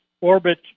orbit